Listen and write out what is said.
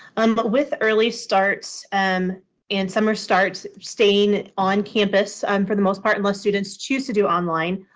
um but with early start and um and summer start staying on campus um for the most part unless unless students choose to do online,